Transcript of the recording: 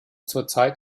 zurzeit